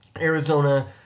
Arizona